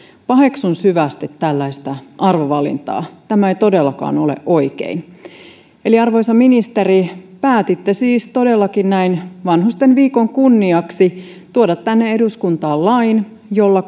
paheksun syvästi tällaista arvovalintaa tämä ei todellakaan ole oikein eli arvoisa ministeri päätitte siis todellakin näin vanhustenviikon kunniaksi tuoda tänne eduskuntaan lain jolla